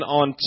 on